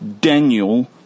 Daniel